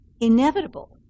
inevitable